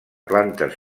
plantes